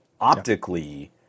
Optically